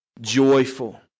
joyful